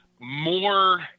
more